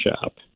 shop